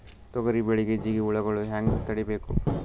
ತೊಗರಿ ಬೆಳೆಗೆ ಜಿಗಿ ಹುಳುಗಳು ಹ್ಯಾಂಗ್ ತಡೀಬೇಕು?